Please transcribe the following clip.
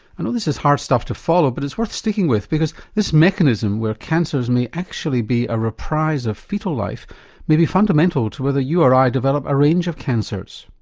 i know this is hard stuff to follow but it's worth sticking with because this mechanism where cancers may actually be a reprise of foetal life may be fundamental to whether you or i develop a range of cancers.